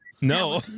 no